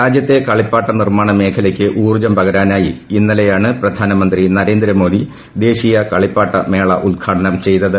രാജ്യത്തെ കളിപ്പാട്ട നിർമാണ മേഖലയ്ക്ക് ഊർജ്ജം പകരാനായി ഇന്നലെയാണ് പ്രധാനമന്ത്രി നരേന്ദ്രമോദി ദേശീയ കളിപ്പാട്ട മേള ഉദ്ഘാടനം ചെയ്തത്